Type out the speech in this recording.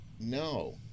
No